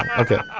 ok